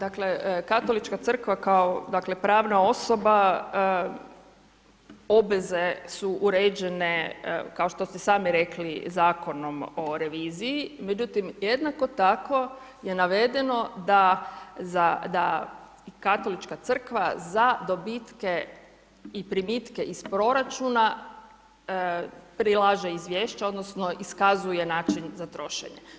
Pa dakle, Katolička crkva kao dakle pravna osoba, obveze su uređene kao što ste sami rekli Zakonom o reviziji, međutim jednako tako je navedeno da za, da Katolička crkva za dobitke i primitke iz proračuna prilaže izvješće odnosno iskazuje način za trošenje.